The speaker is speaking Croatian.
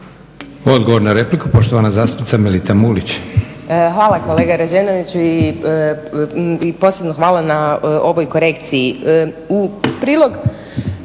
Odgovor na repliku, poštovana zastupnica Melita Mulić. **Mulić, Melita (SDP)** Hvala kolega Rađenović i posebno hvala na ovoj korekciji. U prilog